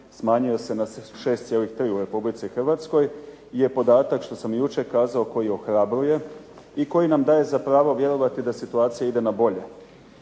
smanjio se na 6,3 u Republici Hrvatskoj, je podatak što sam jučer kazao koji ohrabruje i koji nam daje za pravo vjerovati da situacija ide na bolje.